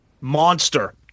Monster